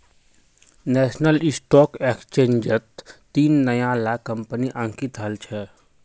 national stock एक्सचेंजट तीन नया ला कंपनि अंकित हल छ